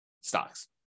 stocks